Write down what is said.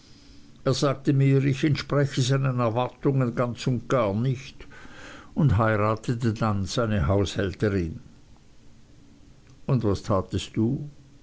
er sagte mir ich entspräche seinen erwartungen ganz und gar nicht und heiratete dann seine haushälterin und was tatest du